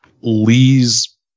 Lee's